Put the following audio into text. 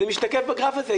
ומשתקף בגרף הזה.